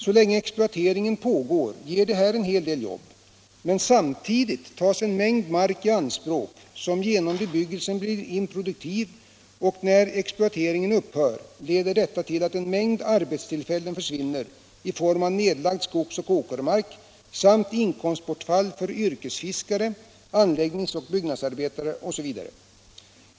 Så länge exploateringen pågår ger det här en del jobb, men samtidigt tas en mängd mark i anspråk som genom bebyggelsen blir improduktiv, och när exploateringen upphör leder detta till att en mängd arbetstillfällen försvinner på grund av nedlagd skogs och åkermark samt till inkomstbortfall för yrkesfiskare, anläggnings och byggnadsarbetare m.fl.